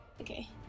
okay